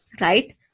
right